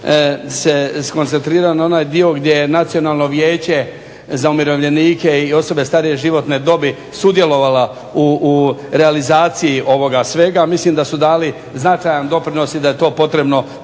se skoncentrirao na onaj dio gdje Nacionalno vijeće za umirovljenike i osobe starije životne dobi sudjelovalo u realizaciji ovoga svega. Mislim da su dali značajan doprinos i da je to potrebno